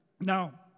Now